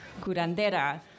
curandera